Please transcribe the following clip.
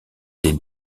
des